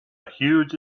huge